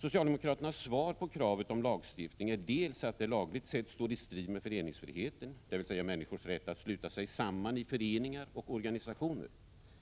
Socialdemokraternas svar på kravet på lagstiftning är dels att det lagligt sett står i strid med föreningsfriheten, dvs. människors rätt att sluta sig samman i föreningar och organisationer,